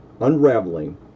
unraveling